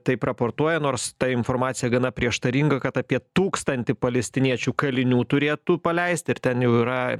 taip raportuoja nors ta informacija gana prieštaringa kad apie tūkstantį palestiniečių kalinių turėtų paleisti ir ten jau yra